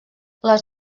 les